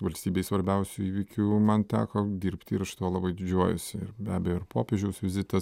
valstybei svarbiausių įvykių man teko dirbti ir aš tuo labai didžiuojuosi ir be abejo ir popiežiaus vizitas